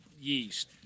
yeast